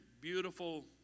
beautiful